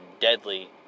deadly